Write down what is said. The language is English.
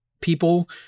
People